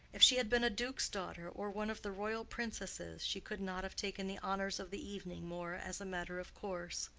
if she had been a duke's daughter, or one of the royal princesses, she could not have taken the honors of the evening more as a matter of course.